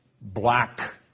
black